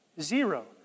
Zero